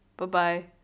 Bye-bye